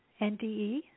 NDE